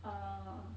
uh